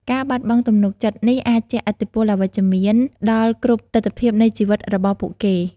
ការបាត់បង់ទំនុកចិត្តនេះអាចជះឥទ្ធិពលអវិជ្ជមានដល់គ្រប់ទិដ្ឋភាពនៃជីវិតរបស់ពួកគេ។